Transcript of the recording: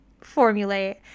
formulate